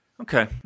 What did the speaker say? Okay